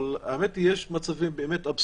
אבל האמת היא שיש מצבים אבסורדיים,